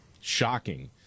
Shocking